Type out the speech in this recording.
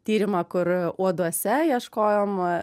tyrimą kur uoduose ieškojom